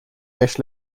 dish